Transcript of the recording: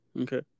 Okay